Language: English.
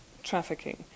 trafficking